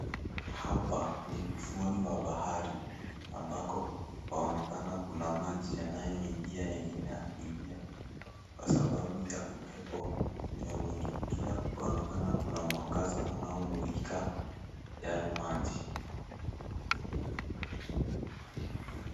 Hapa ni ufuoni mwa bahari ambako kunaonekana kuna maji yanayoingia yenye inaingia kwa sababu ya upepo ulio mwingi. Kunaonekana kuna mwangaza unaomulika yale maji.